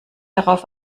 darauf